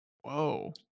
Whoa